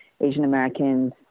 Asian-Americans